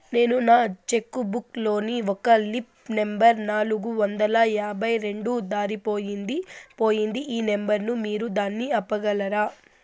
నేను నా cheque book లోని ఒక లీఫ్ నెంబర్ నాలుగు వందల యాభై రెండు దారిపొయింది పోయింది ఈ నెంబర్ ను మీరు దాన్ని ఆపగలరా?